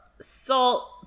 salt